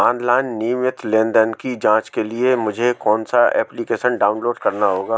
Online नियमित लेनदेन की जांच के लिए मुझे कौनसा एप्लिकेशन डाउनलोड करना होगा?